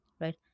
right